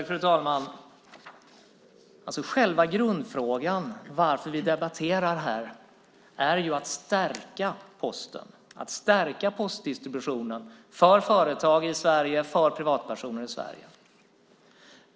Fru talman! Själva grundfrågan och anledningen till att vi debatterar här är att stärka Posten, att stärka postdistributionen för företag i Sverige och för privatpersoner i Sverige.